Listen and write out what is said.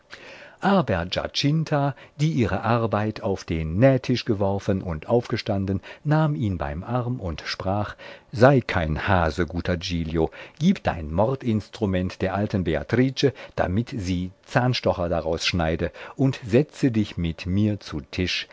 die ihre arbeit auf den nähtisch geworfen und aufgestanden nahm ihn beim arm und sprach sei kein hase guter giglio gib dein mordinstrument der alten beatrice damit sie zahnstocher daraus schneide und setze dich mit mir zu tisch